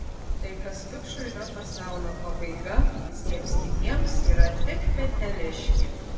tai kas vikšrui yra pasaulio pabaiga visiems kitiems yra tik peteliškė